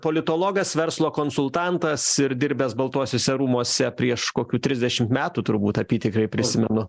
politologas verslo konsultantas ir dirbęs baltuosiuose rūmuose prieš kokių trisdešimt metų turbūt apytikriai prisimenu